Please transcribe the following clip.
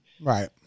Right